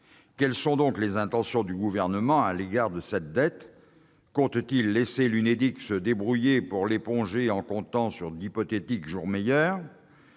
Quelles sont donc les intentions du Gouvernement à l'égard de cette dette ? Compte-t-il laisser l'Unédic se débrouiller pour l'éponger, en comptant sur d'hypothétiques jours meilleurs ?